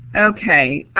okay.